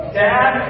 dad